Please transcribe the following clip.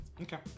Okay